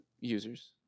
users